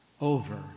Over